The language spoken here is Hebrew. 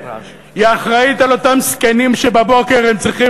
היא אחראית על אותם זקנים שבבוקר הם צריכים